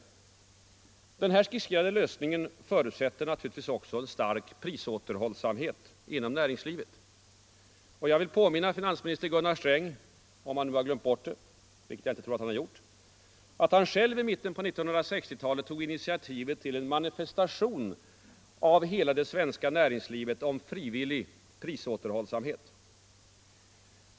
Den här skisserade lösningen förutsätter naturligtvis också en stark prisåterhållsamhet inom näringslivet. Och jag vill påminna finansminister Gunnar Sträng - om han nu har glömt bort det, vilket jag inte tror att han har gjort — om att han själv i mitten av 1960-talet tog initiativet till en manifestation av hela det svenska näringslivet om frivillig prisåterhållsamhet.